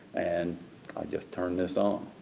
and i just turn this on,